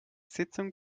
sitzung